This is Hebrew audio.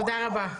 תודה רבה.